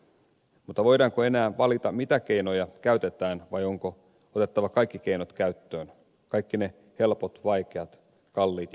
mutta voidaanko enää valita mitä keinoja käytetään vai onko otettava kaikki keinot käyttöön kaikki ne helpot vaikeat kalliit ja halvat